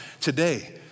today